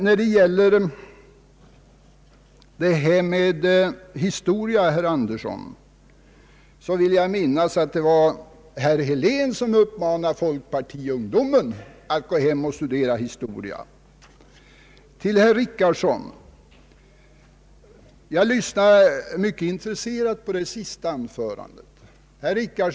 När det sedan gäller historia, herr Andersson, vill jag minnas att det var herr Helén som uppmanade folkpartiungdomen att gå hem och studera historia. Jag lyssnade mycket intresserad till herr Richardsons senaste anförande.